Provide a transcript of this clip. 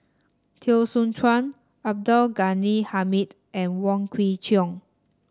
Teo Soon Chuan Abdul Ghani Hamid and Wong Kwei Cheong